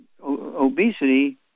obesity